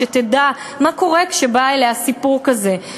שתדע מה קורה כשבא אליה סיפור כזה.